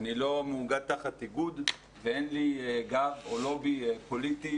אני לא מאוגד תחת איגוד ואין לי גב או לובי פוליטי.